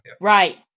right